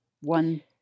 One